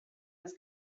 his